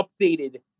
updated